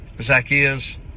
Zacchaeus